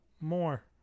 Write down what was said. more